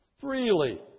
freely